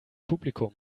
publikum